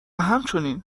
همچنین